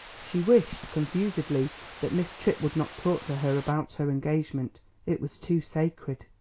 she wished confusedly that miss tripp would not talk to her about her engagement it was too sacred,